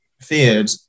feared